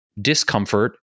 discomfort